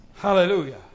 Hallelujah